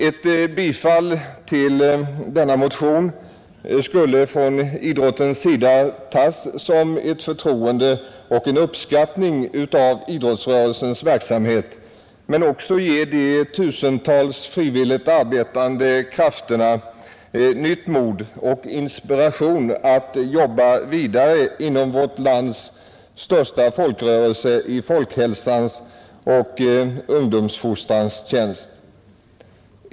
Ett bifall till denna motion skulle från idrottens sida tas som ett förtroende och en uppskattning av idrottsrörelsens verksamhet men också ge de tusentals frivilligt arbetande krafterna nytt mod och inspiration att jobba vidare inom vårt lands största folkrörelse, i folkhälsans och ungdomsfostrans tjänst.